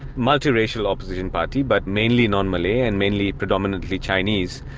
multiracial opposition party, but mainly non-malay and mainly predominantly chinese.